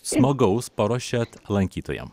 smagaus paruošėt lankytojam